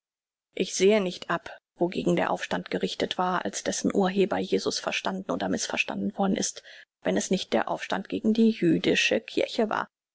ich sehe nicht ab wogegen der aufstand gerichtet war als dessen urheber jesus verstanden oder mißverstanden worden ist wenn es nicht der aufstand gegen die jüdische kirche war